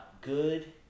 good